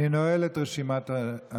אני נועל את רשימת הדוברים.